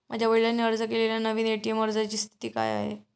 माझ्या वडिलांनी अर्ज केलेल्या नवीन ए.टी.एम अर्जाची स्थिती काय आहे?